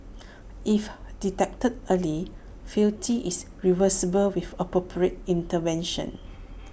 if detected early frailty is reversible with appropriate intervention